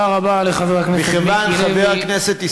תודה רבה לחבר הכנסת מיקי לוי.